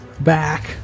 back